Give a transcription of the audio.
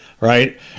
right